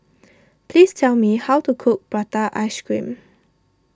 please tell me how to cook Prata Ice Cream